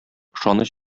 ышаныч